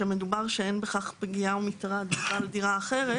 שמדבר על כך שאין פגיעה או מטרד בדירה אחרת,